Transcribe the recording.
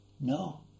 No